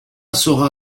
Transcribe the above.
sera